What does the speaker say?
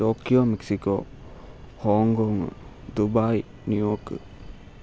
Tokyo Mexico Hong Kong Dubai New York